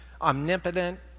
omnipotent